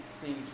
seems